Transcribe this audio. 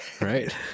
right